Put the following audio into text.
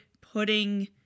putting